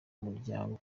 muryango